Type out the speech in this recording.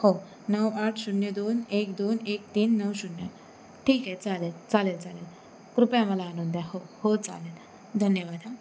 हो नऊ आठ शून्य दोन एक दोन एक तीन नऊ शून्य ठीक आहे चालेल चालेल चालेल कृपया मला आणून द्या हो हो चालेल धन्यवाद हां